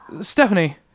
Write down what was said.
Stephanie